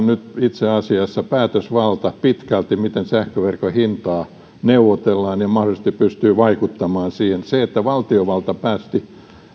nyt itse asiassa pitkälti päätösvalta miten sähköverkon hintaa neuvotellaan ja se mahdollisesti pystyy vaikuttamaan siihen se että valtiovalta päästi